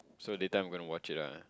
so later I going to watch it lah